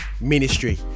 ministry